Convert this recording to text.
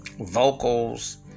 vocals